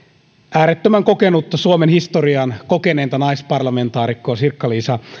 äärettömän kokenutta suomen historian kokeneinta naisparlamentaarikkoa sirkka liisa